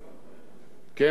כן עסקו במלאכה,